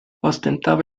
ostentaba